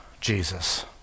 Jesus